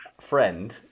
friend